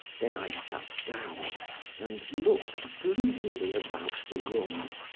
then i sat down and looked gloomily about the room,